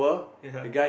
ya